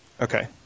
Okay